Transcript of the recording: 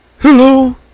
Hello